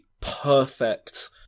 perfect